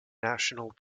national